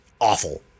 Awful